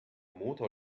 motor